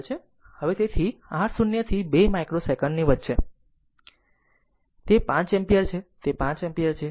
હવે તેથી r 0 થી 2 માઇક્રો સેકંડ ની વચ્ચે તે 5 એમ્પીયર છે તે 5 એમ્પીયર છે